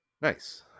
Nice